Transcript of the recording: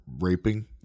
raping